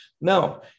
No